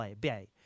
Bay